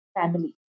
family